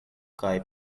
kaj